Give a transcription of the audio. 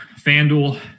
FanDuel